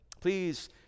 Please